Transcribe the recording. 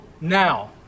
now